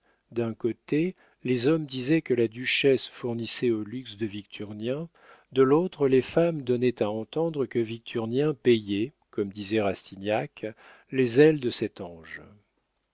d'un côté les hommes disaient que la duchesse fournissait au luxe de victurnien de l'autre les femmes donnaient à entendre que victurnien payait comme disait rastignac les ailes de cet ange